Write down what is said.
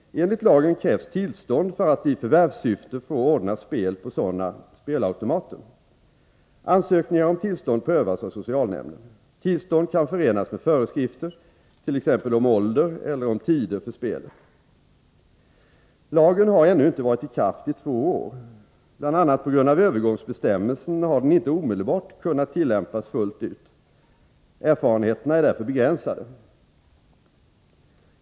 Enligt lagen krävs tillstånd för att i förvärvssyfte få ordna spel på sådana spelautomater. Ansökningar om tillstånd prövas av socialnämnden. Tillstånd kan förenas med föreskrifter, t.ex. om ålder eller om tider för spelet. Lagen har ännu inte varit i kraft i två år. Bl. a. på grund av övergångsbe stämmelserna har den inte omedelbart kunnat tillämpas fullt ut. Erfarenheterna är därför begränsade.